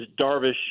Darvish